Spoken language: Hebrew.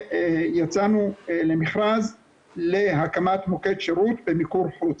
ויצאנו למכרז להקמת מוקד שירות במיקור חוץ.